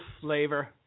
flavor